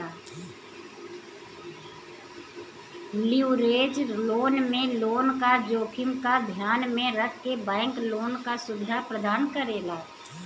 leverage loan में loan क जोखिम क ध्यान में रखके बैंक लोन क सुविधा प्रदान करेला